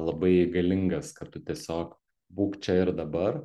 labai galingas kad tu tiesiog būk čia ir dabar